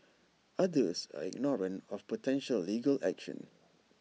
others are ignorant of potential legal action